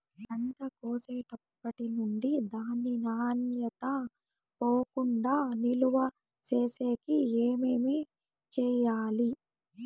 పంట కోసేటప్పటినుండి దాని నాణ్యత పోకుండా నిలువ సేసేకి ఏమేమి చేయాలి?